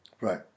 Right